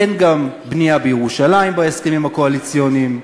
אין גם בנייה בירושלים בהסכמים הקואליציוניים,